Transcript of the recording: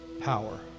power